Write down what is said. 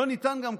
לא ניתן גם,